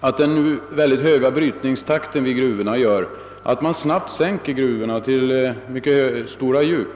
att den höga brytningstakten vid gruvorna gör att man snabbt sänker gruvorna till mycket stora djup.